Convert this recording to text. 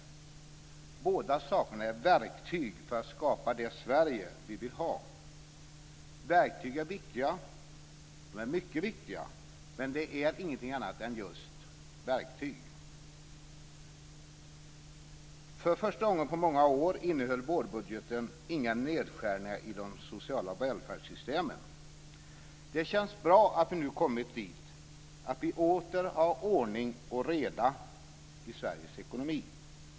Båda sakerna är verktyg för att skapa det Sverige vi vill ha. Verktyg är viktiga, mycket viktiga, men de är inget annat än just verktyg. För första gången på många år innehöll vårbudgeten inga nedskärningar i de sociala välfärdssystemen. Det känns bra att vi nu kommit dit att vi åter har ordning och reda i Sveriges ekonomi.